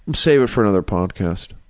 save it for another podcast.